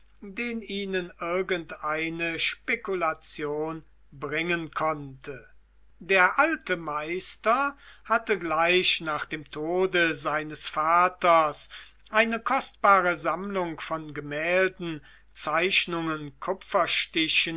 den ihnen irgendeine spekulation bringen konnte der alte meister hatte gleich nach dem tode seines vaters eine kostbare sammlung von gemälden zeichnungen